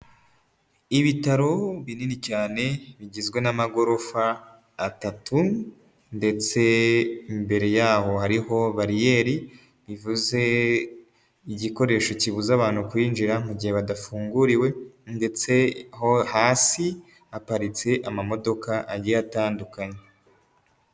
Ibitaro binini cyane bigizwe n'amagorofa atatu, ndetse imbere yaho hariho bariyeri, bivuze igikoresho kibuza abantu kwinjira mu gihe badafunguriwe, ndetse hasi haparitse amamodoka agiye atandukanye.